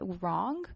wrong